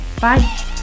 Bye